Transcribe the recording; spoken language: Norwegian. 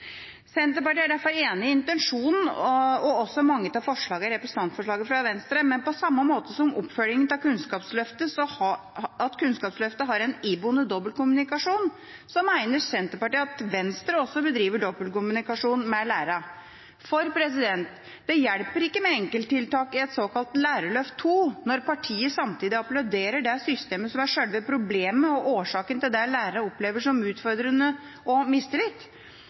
Senterpartiet er derfor enig i intensjonen og også i mange av forslagene i representantforslaget fra Venstre. Men på samme måte som oppfølgingen av Kunnskapsløftet har en iboende dobbeltkommunikasjon, mener Senterpartiet at Venstre også bedriver dobbeltkommunikasjon med lærerne. Det hjelper ikke med enkelttiltak i et såkalt Lærerløftet 2.0 når partiet samtidig applauderer det systemet som er selve problemet og årsaken til det lærerne opplever som utfordrende og som mistillit.